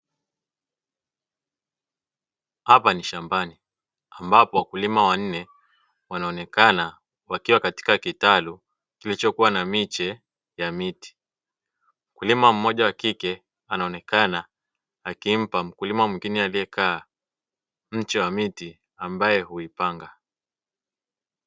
Hapa ni shambani ambapo wakulima wanne wanaonekana wakiwa katika kitalu kilichokuwa na miche ya miti mkulima mmoja wakike anaonekana akimpa mkulima mwingine aliyekaa mche wa miti ambaye uipanga.